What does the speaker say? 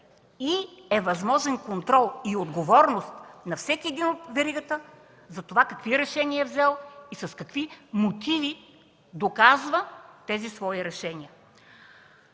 и е възможен контрол и отговорност на всеки един от веригата какви решения е взел и с какви мотиви доказва тези свои решения.